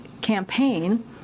Campaign